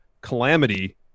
calamity